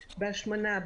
בהשמנה,